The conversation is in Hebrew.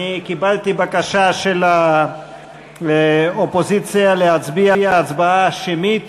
אני קיבלתי בקשה של האופוזיציה להצביע הצבעה שמית